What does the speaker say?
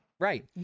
Right